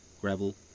gravel